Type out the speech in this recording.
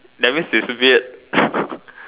that means its weird